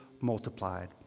multiplied